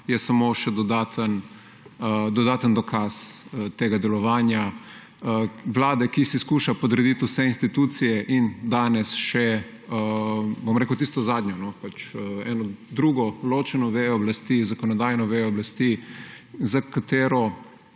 je samo še dodaten dokaz tega delovanja vlade, ki si skuša podrediti vse institucije, in danes še, bom rekel, tisto zadnjo, drugo ločeno vejo oblasti, zakonodajno vejo oblasti, za katero